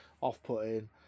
off-putting